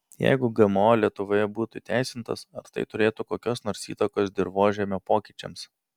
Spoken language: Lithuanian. jeigu gmo lietuvoje būtų įteisintas ar tai turėtų kokios nors įtakos dirvožemio pokyčiams